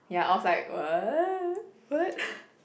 ya I was like what what